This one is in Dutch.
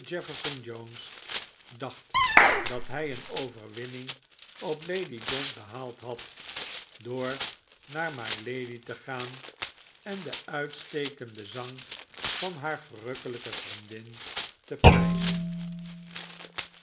jones dacht dat hij een overwinning op lady gaunt behaald had door naar mylady te gaan en den uitstekenden zang van haar verrukkelijke vriendin te prijzen